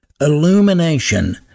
illumination